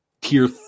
tier